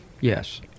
yes